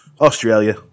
Australia